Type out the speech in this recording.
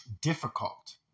difficult